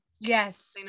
Yes